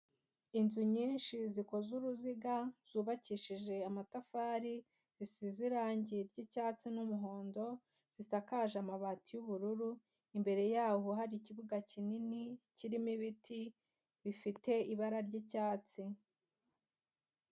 Inzu nyinshi zikoze uruziga, zubakishije amatafari zisize irangi ry'icyatsi n'umuhondo, zisakaje amabati y'ubururu, imbere yaho hari ikibuga kinini kirimo ibiti bifite ibara ry'icyatsi.